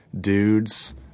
dudes